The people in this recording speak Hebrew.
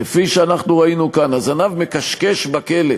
כפי שאנחנו ראינו כאן, הזנב מכשכש בכלב,